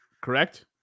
Correct